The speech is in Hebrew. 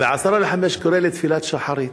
קורא לתפילת שחרית.